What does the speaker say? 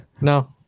no